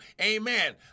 Amen